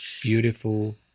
Beautiful